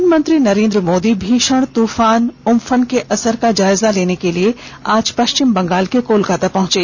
प्रधानमंत्री नरेन्द्र मोदी भीषण तूफान उम्फन के असर का जायजा लेने के लिए आज पश्चिम बंगाल के कोलकाता पहुंचे